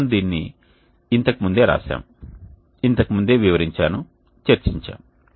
మనము దీనిని ఇంతకు ముందే వ్రాసాము ఇంతకు ముందే వివరించాను చర్చించాము